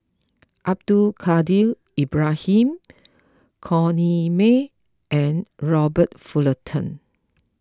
Abdul Kadir Ibrahim Corrinne May and Robert Fullerton